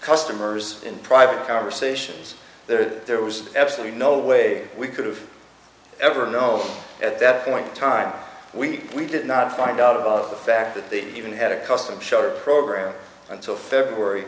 customers in private conversations there was absolutely no way we could have ever know at that point in time we did not i doubt about the fact that they even had a custom shuttle program until february